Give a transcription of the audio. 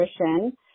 nutrition